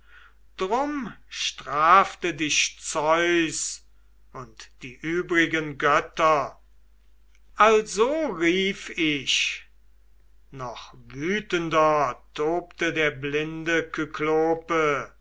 drum strafte dich zeus und die übrigen götter also rief ich noch wütender tobte der blinde kyklope